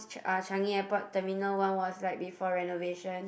uh Changi-Airport terminal one was like before renovation